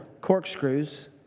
corkscrews